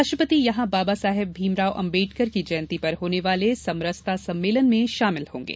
राष्ट्रपति यहां बाबा साहेब भीमराव अंबेडकर की जयंति पर होने वाले समरसता सम्मेलन में शामिल होंगे